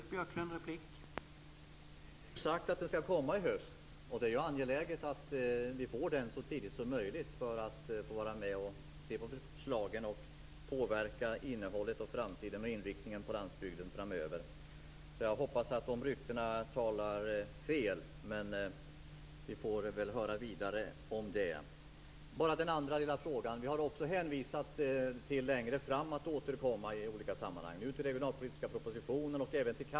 Herr talman! Det är sagt att den skall komma i höst. Det är angeläget att vi får den så tidigt som möjligt, så att vi kan vara med och påverka innehållet i förslagen och påverka framtiden och inriktningen för landsbygden framöver. Jag hoppas att de ryktena talar fel, men vi får väl höra vidare om det. Den andra lilla frågan gäller att vi i olika sammanhang har hänvisat till att vi skall återkomma längre fram. Detta gäller regionalpolitiska propositionen och även CAP.